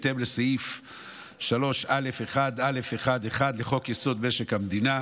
בהתאם לסעיף 3א1(א1)(1) לחוק-יסוד: משק המדינה.